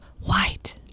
white